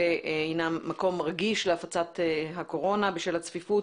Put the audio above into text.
הנם מקום רגיש להפצת הקורונה בשל הצפיפות